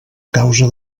causa